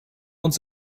uns